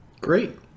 Great